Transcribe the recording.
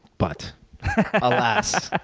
but alas.